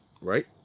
right